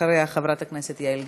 אחריה, חברת הכנסת יעל גרמן.